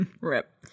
Rip